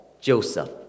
Joseph